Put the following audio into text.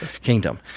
kingdom